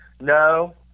No